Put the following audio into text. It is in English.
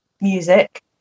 music